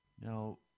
Now